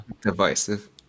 Divisive